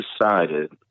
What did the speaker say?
decided